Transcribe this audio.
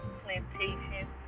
plantation